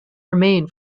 remain